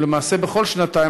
ולמעשה בכל שנתיים,